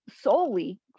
solely